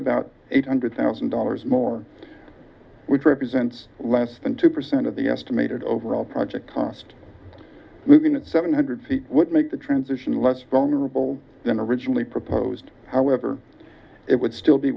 constable out eight hundred thousand dollars more which represents less than two percent of the estimated overall project cost losing it seven hundred feet would make the transition less vulnerable than originally proposed however it would still be